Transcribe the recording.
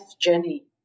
journey